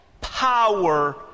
power